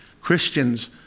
Christians